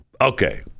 Okay